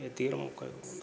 ଏତିକିରେ ମୁଁ କଇଆକୁ